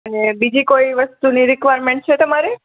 અને બીજી કોઇ વસ્તુની રિક્વાયરમેન્ટ છે તમારે